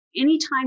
anytime